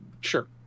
sure